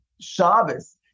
Shabbos